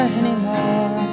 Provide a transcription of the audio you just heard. anymore